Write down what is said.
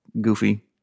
goofy